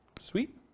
Sweet